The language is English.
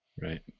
Right